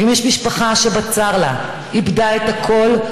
ואם יש משפחה שבצר לה איבדה את הכול,